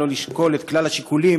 שלא צריך לשקול את כלל השיקולים,